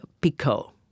Pico